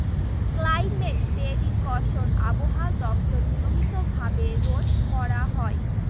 climate prediction আবহাওয়া দপ্তর নিয়মিত ভাবে রোজ করা হয়